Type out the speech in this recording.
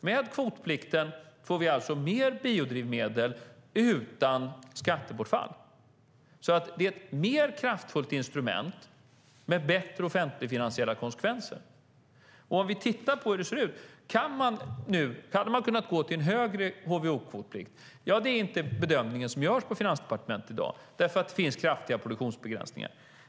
Med kvotplikten får vi alltså mer biodrivmedel utan skattebortfall. Det är ett mer kraftfullt instrument med bättre offentligfinansiella konsekvenser. Vi kan titta på hur det ser ut. Hade man kunnat gå till en högre HVO-kvotplikt? Nej, det är inte den bedömning som görs på Finansdepartementet i dag, eftersom det finns kraftiga produktionsbegränsningar.